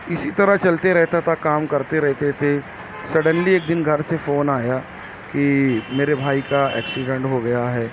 اسی طرح چلتے رہتا تھا کام کرتے رہتے تھے سڈینلی ایک دن گھر سے فون آیا کہ میرے بھائی کا ایکسیڈنٹ ہو گیا ہے